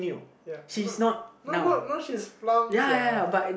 ya not no no no she's plump sia